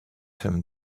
him